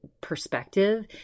perspective